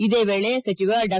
ಇದೇ ವೇಳೆ ಸಚವ ಡಾ